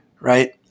right